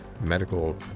medical